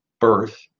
birth